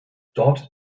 dort